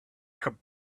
come